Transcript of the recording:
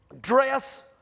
Dress